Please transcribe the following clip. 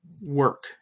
Work